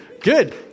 good